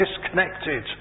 disconnected